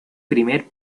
primer